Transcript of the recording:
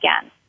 again